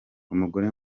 umugore